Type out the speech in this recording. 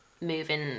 moving